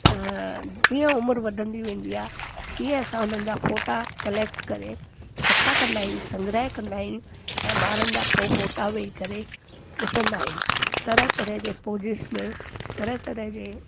जीअं उमिरि वधंदी वेंदी आहे तीअं असां हुननि जा फोटा कलैक्ट करे कठा कंदा आहियूं संग्रह कंदा आहियूं ऐं ॿारनि जा पोइ फोटा वेही करे ॾिसंदा आहियूं तरह तरह जे पोजिस में तरह तरह जे